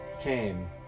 came